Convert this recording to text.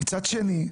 מצד שני,